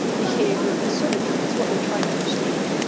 behavior, and circuitry. it's what we're trying to understand.